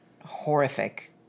horrific